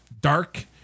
dark